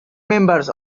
members